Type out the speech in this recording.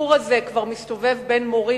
הסיפור הזה כבר מסתובב בין מורים,